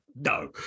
no